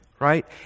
right